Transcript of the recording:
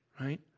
right